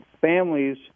families